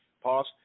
pause